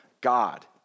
God